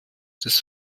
des